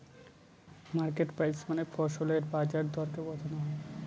market price মানে ফসলের বাজার দরকে বোঝনো হয়